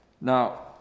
Now